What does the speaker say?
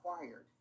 required